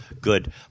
good